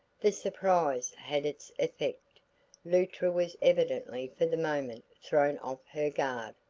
the surprise had its effect luttra was evidently for the moment thrown off her guard.